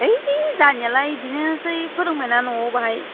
है जोंहानियालाय बिदिनोसै फोरोंबायना न'आव बाहाय